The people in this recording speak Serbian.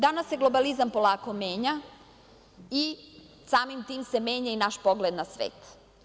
Danas se globalizam polako menja i samim tim se menja naš pogled na svet.